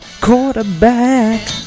quarterback